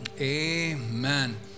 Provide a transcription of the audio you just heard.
Amen